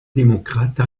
démocrate